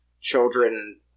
children